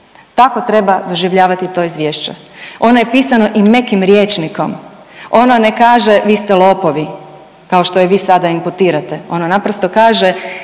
Tako treba doživljavati to Izvješće. Ono je pisano i mekim rječnikom, ono ne kaže vi ste lopovi, kao što i vi sada imputirate, ono naprosto kaže